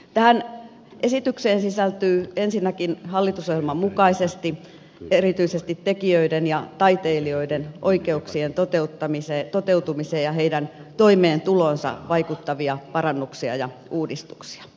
tähän esitykseen sisältyy ensinnäkin hallitusohjelman mukaisesti erityisesti tekijöiden ja taiteilijoiden oikeuksien toteutumiseen ja heidän toimeentuloonsa vaikuttavia parannuksia ja uudistuksia